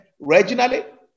regionally